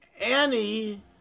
Annie